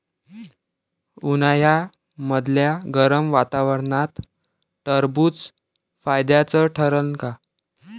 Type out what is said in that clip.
उन्हाळ्यामदल्या गरम वातावरनात टरबुज फायद्याचं ठरन का?